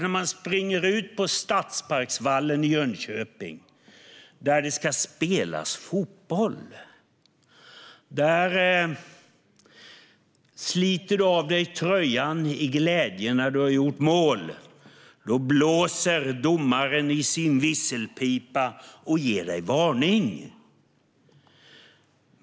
När man springer ut på Stadsparksvallen i Jönköping, där det ska spelas fotboll, sliter man av sig tröjan i glädje när man har gjort mål. Då blåser domaren i sin visselpipa och ger en varning.